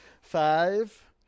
Five